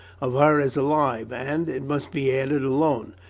of her as alive, and, it must be added, alone.